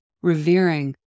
revering